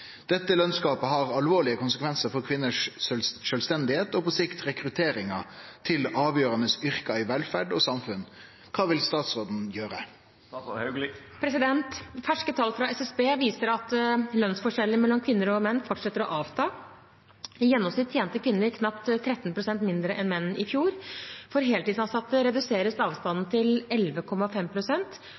Dette lønnsgapet har alvorlige konsekvenser for kvinners selvstendighet og på sikt rekrutteringen til avgjørende yrker i velferden og samfunnet. Hva vil statsråden gjøre?» Ferske tall fra SSB viser at lønnsforskjellene mellom kvinner og menn fortsetter å avta. I gjennomsnitt tjente kvinner knapt 13 pst. mindre enn menn i fjor. For heltidsansatte reduseres avstanden til